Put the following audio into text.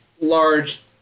large